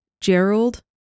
Gerald